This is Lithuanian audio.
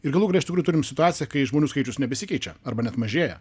ir galų gale iš tikrųjų turim situaciją kai žmonių skaičius nebesikeičia arba net mažėja